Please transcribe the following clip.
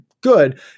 good